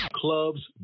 Clubs